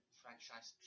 franchise